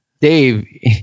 Dave